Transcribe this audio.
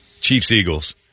Chiefs-Eagles